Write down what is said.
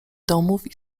domów